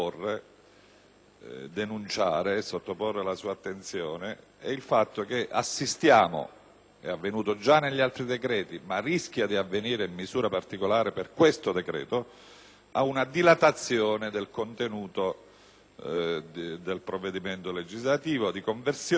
il fatto che assistiamo - è avvenuto già per gli altri decreti, ma rischia di avvenire in misura particolare per quello che stiamo esaminando - ad una dilatazione del contenuto del provvedimento legislativo di conversione,